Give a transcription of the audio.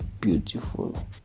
beautiful